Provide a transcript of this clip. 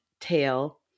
tail